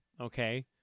Okay